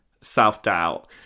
self-doubt